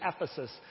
Ephesus